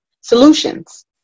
solutions